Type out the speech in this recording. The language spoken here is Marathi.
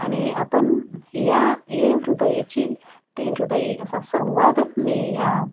आणि आपण या ये हृदयीची ते हृदयी असा संवाद मी या